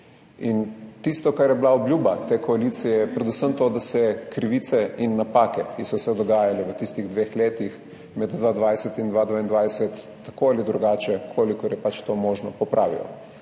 Tisto, kar je bila obljuba te koalicije, je predvsem to, da se krivice in napake, ki so se dogajale v tistih dveh letih, med 2020 in 2022, tako ali drugače, kolikor je pač to možno, popravijo.